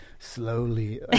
Slowly